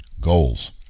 goals